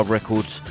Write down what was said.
Records